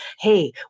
hey